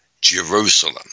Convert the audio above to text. Jerusalem